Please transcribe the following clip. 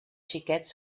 xiquet